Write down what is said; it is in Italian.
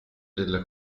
della